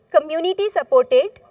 community-supported